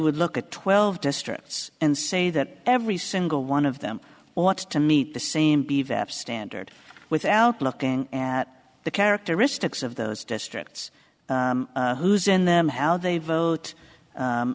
would look at twelve districts and say that every single one of them wants to meet the same standard without looking at the characteristics of those districts who's in them how they vote